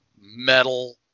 metal